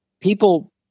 people